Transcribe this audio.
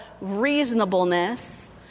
reasonableness